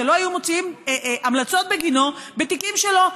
שלא היו מוציאים המלצות בגינו בתיקים שלו,